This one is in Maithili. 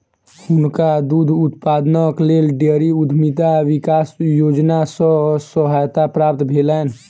हुनका दूध उत्पादनक लेल डेयरी उद्यमिता विकास योजना सॅ सहायता प्राप्त भेलैन